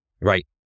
Right